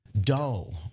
dull